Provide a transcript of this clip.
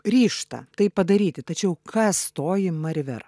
ryžtą tai padaryti tačiau kas toji mari ver